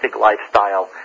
lifestyle